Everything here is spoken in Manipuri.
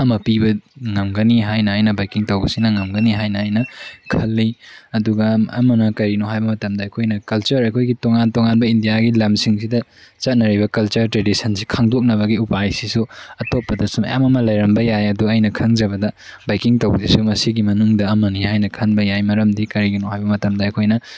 ꯑꯃ ꯄꯤꯕ ꯉꯝꯒꯅꯤ ꯍꯥꯏꯅ ꯑꯩꯅ ꯕꯥꯏꯛꯀꯤꯡ ꯇꯧꯕꯁꯤꯅ ꯉꯝꯒꯅꯤ ꯍꯥꯏꯅ ꯑꯩꯅ ꯈꯜꯂꯤ ꯑꯗꯨꯒ ꯑꯃꯅ ꯀꯔꯤꯅꯣ ꯍꯥꯏꯕ ꯃꯇꯝꯗ ꯑꯩꯈꯣꯏꯅ ꯀꯜꯆꯔ ꯑꯩꯈꯣꯏꯒꯤ ꯇꯣꯉꯥꯟ ꯇꯣꯉꯥꯟꯕ ꯏꯟꯗꯤꯌꯥꯒꯤ ꯂꯝꯁꯤꯡꯁꯤꯗ ꯆꯠꯅꯔꯤꯕ ꯀꯜꯆꯔ ꯇ꯭ꯔꯦꯗꯤꯁꯟꯁꯤꯒꯤ ꯈꯪꯗꯣꯛꯅꯕꯒꯤ ꯎꯄꯥꯏꯁꯤꯁꯨ ꯑꯇꯣꯞꯄꯗꯁꯨ ꯃꯌꯥꯝ ꯑꯃ ꯂꯩꯔꯝꯕ ꯌꯥꯏ ꯑꯗꯣ ꯑꯩꯅ ꯈꯡꯖꯕꯗ ꯕꯥꯏꯛꯀꯤꯡ ꯇꯧꯕꯁꯤꯁꯨ ꯃꯁꯤꯒꯤ ꯃꯅꯨꯡꯗ ꯑꯃꯅꯤ ꯍꯥꯏꯅ ꯈꯟꯕ ꯌꯥꯏ ꯃꯔꯝꯗꯤ ꯀꯔꯤꯒꯤꯅꯣ ꯍꯥꯏꯕ ꯃꯇꯝꯗ ꯑꯩꯈꯣꯏꯅ